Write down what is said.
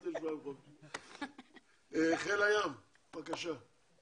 היערכות לתוכנית חומש לגדילה של כמות החיילים הבודדים